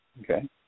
Okay